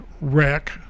wreck